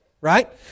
right